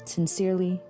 Sincerely